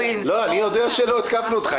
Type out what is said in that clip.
יודע שלא התקפנו אותך.